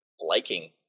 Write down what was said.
liking